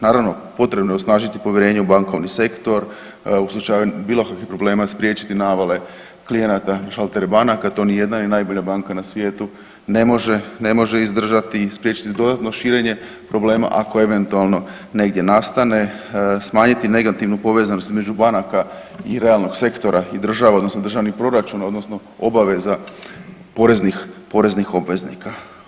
Naravno, potrebno je osnažiti povjerenje u bankovni sektor, u slučaju bilo kakvih problema, spriječiti navale klijenata na šaltere banaka, to nijedna i najbolja banka na svijetu ne može izdržati i spriječiti dodatno širenje problema, ako eventualno negdje nastane, smanjiti negativnu povezanost između banaka i realnog sektora i država, odnosno državnih proračuna, odnosno obaveza poreznih obveznika.